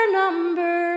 number